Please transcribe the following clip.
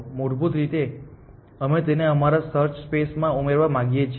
મૂળભૂત રીતે અમે તેને અમારા સર્ચ સ્પેસ માં ઉમેરવા માંગીએ છીએ